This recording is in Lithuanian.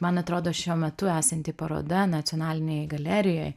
man atrodo šiuo metu esanti paroda nacionalinėj galerijoj